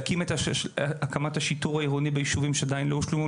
להקים את השיטור העירוני במקומות שעדיין לא הושלמו,